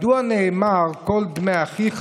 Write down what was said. מדוע נאמר "קול דמי אחיך"